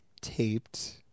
taped